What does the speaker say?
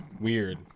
Weird